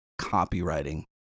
copywriting